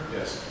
Yes